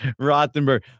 Rothenberg